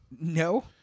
No